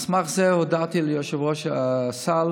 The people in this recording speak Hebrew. על סמך זה הודעתי ליושב-ראש הסל